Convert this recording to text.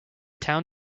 town